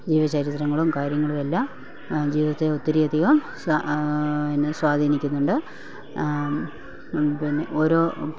ജീവചരിത്രങ്ങളും കാര്യങ്ങളും എല്ലാം ജീവിതത്തെ ഒത്തിരിയധികം എന്നാ സ്വാധീനിക്കുന്നുണ്ട് പിന്നെ ഓരോ